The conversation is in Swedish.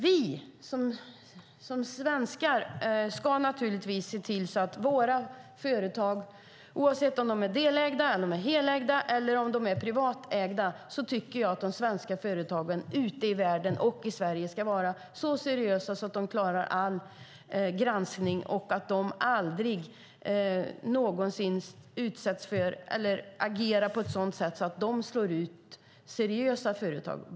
Vi som svenskar ska naturligtvis se till att våra svenska företag, oavsett om de är delägda, helägda eller privatägda, ute i världen och i Sverige är så seriösa att de klarar all granskning och att de aldrig någonsin agerar på ett sådant sätt att de slår ut seriösa företag.